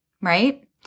Right